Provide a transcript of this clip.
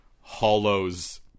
hollows